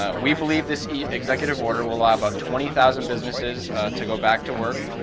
ah we believe this executive order will allow about twenty thousand businesses to go back to work,